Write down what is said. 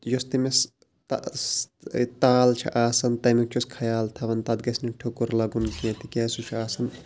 یۄس تٔمِس تال چھِ آسان تَمیُک چھُس خیال تھاوان تَتھ گژھِ نہٕ ٹھوٚکُر لَگُن کیٚنہہ تِکیٛازِ سُہ چھُ آسان